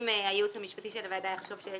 אם הייעוץ המשפטי של הוועדה יחשוב שיש